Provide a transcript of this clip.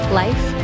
life